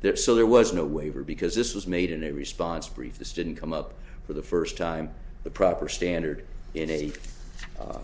there so there was no waiver because this was made in a response brief this didn't come up for the first time the proper standard in a